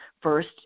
first